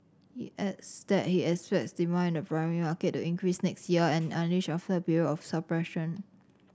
he adds that he expects demand in the primary market to increase next year an unleashed after a period of suppression